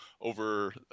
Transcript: over